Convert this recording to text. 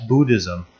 Buddhism